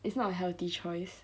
it's not a healthy choice